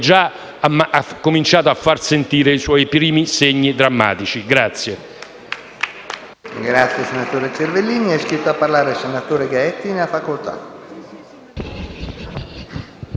già cominciato a far sentire i suoi primi segni drammatici.